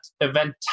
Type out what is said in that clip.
event